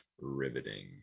riveting